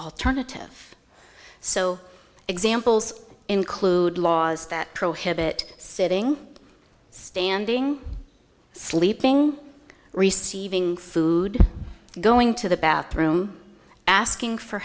alternative so examples include laws that prohibit sitting standing sleeping receiving food going to the bathroom asking for